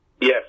Yes